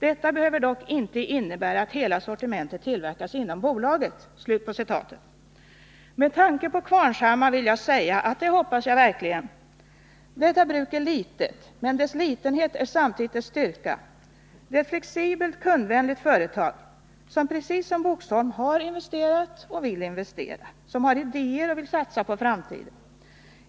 Detta behöver dock inte innebära att hela sortimentet tillverkas inom bolaget.” Med tanke på Qvarnshammar vill jag säga att det hoppas jag verkligen. Detta bruk är litet, men dess litenhet är samtidigt dess styrka. Det är ett flexibelt kundvänligt företag, som precis som Boxholm har investerat och vill investera, som har idéer och vill satsa på framtiden.